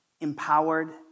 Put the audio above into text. empowered